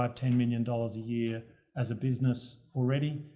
um ten million dollars a year as a business already.